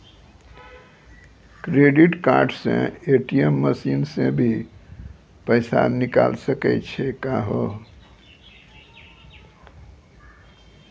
Credit card से ATM machine से भी पैसा निकल सकै छि का हो?